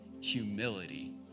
humility